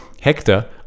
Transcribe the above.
Hector